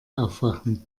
aufwachen